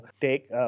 take